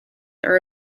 are